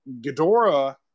Ghidorah